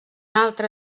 altre